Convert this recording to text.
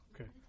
Okay